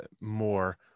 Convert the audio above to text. more